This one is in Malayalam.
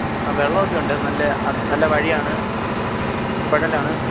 ആ വെള്ളമൊക്കെ ഉണ്ട് നല്ല അ നല്ല വഴിയാണ് കുഴലാണ്